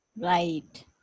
Right